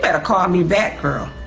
ah call me back, girl.